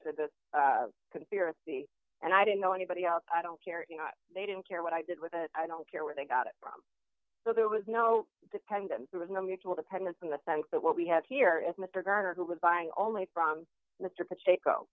the conspiracy and i didn't know anybody else i don't care if not they didn't care what i did with it i don't care where they got it from so there was no dependence there was no mutual dependence in the sense that what we have here is mr gardner who was buying only from mr potato